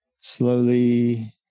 Slowly